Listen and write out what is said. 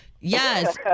Yes